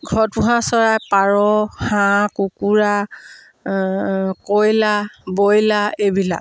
ঘৰত পোহা চৰাই পাৰ হাঁহ কুকুৰা কয়লাৰ ব্ৰইলাৰ এইবিলাক